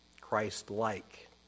Christ-like